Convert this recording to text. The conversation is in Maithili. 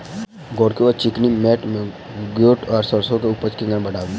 गोरकी वा चिकनी मैंट मे गोट वा सैरसो केँ उपज कोना बढ़ाबी?